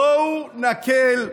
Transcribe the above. בואו נקל.